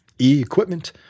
E-equipment